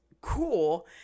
cool